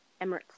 Emirates